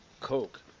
Coke